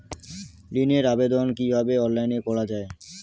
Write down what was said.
ঋনের আবেদন কিভাবে অনলাইনে করা যায়?